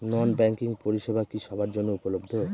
নন banking পরিষেবা কি সবার জন্য উপলব্ধ?